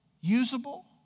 usable